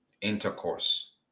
intercourse